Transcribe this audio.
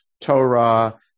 Torah